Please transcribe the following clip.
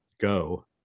go